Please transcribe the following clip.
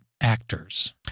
actors